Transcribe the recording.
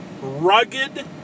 rugged